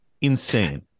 Insane